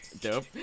dope